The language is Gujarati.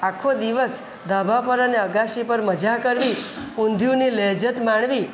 આખો દિવસ ધાબા પર અને અગાશી પર મજા કરવી ઊંધિયુંની લહેજત માણવી